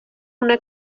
una